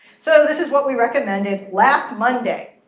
so this is what we recommended last monday.